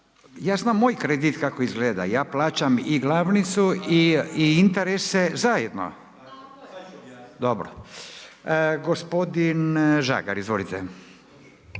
ja znam, moj kredit kako izgleda, ja plaćam i glavnicu i interese zajedno. …/Upadica se ne čuje./… Dobro. Gospodin Žagar, izvolite.